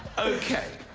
ok.